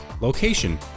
location